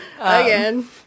again